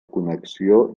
connexió